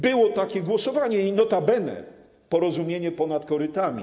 Było takie głosowanie i notabene porozumienie ponad korytami.